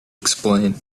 explain